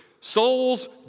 souls